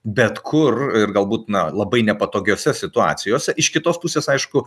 bet kur ir galbūt na labai nepatogiose situacijose iš kitos pusės aišku